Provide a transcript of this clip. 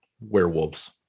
werewolves